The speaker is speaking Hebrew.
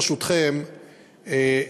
ברשותכם,